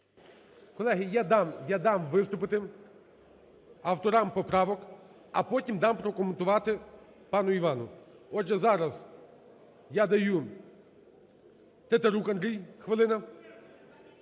Колеги, я дам виступити авторам поправок, а потім дам прокоментувати пану Івану. Отже, зараз я даю: Тетерук Андрій, хвилина.